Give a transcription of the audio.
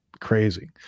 crazy